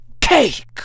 cake